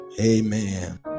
amen